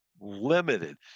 limited